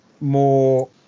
more